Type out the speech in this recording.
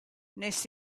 wnes